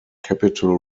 capitol